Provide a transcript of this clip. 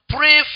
Pray